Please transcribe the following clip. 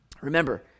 remember